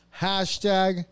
Hashtag